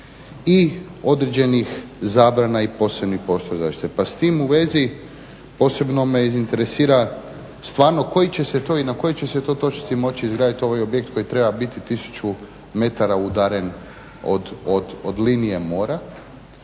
i određenih zabrana i posebnih poslova zaštite. Pa s tim u vezi posebno me interesira stvarno koji će se to i na kojoj će se to točci moći izgraditi ovaj objekt koji treba biti 1000 metara udaljen od linije mora?